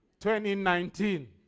2019